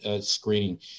screening